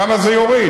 כמה זה יוריד.